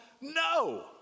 No